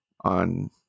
on